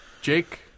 Jake